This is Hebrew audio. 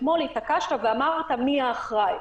אתמול התעקשת ואמרת: מי האחראי?